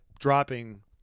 dropping